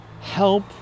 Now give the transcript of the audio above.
help